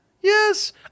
yes